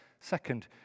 second